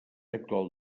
actual